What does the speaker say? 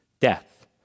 death